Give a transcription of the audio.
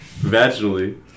vaginally